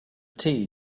tea